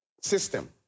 system